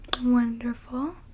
Wonderful